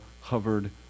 hovered